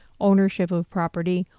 ownership of property,